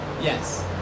yes